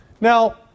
Now